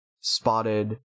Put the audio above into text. spotted